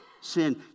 sin